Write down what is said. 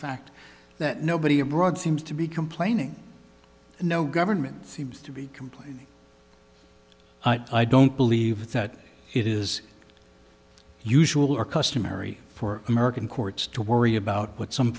fact that nobody abroad seems to be complaining and no government seems to be complaining i don't believe that it is usual or customary for american courts to worry about what some